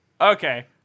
Okay